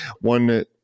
one